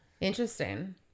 interesting